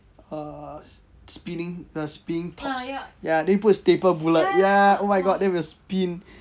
err spinning the spinning tops ya then you put a stapler bullets ya oh my god then we will spin